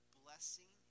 blessing